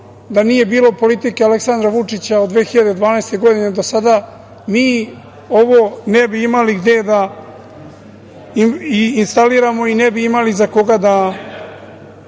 da nije bilo politike Aleksandra Vučića od 2012. godine do sada mi ovo ne bi imali gde da instaliramo i ne bi imali za koga da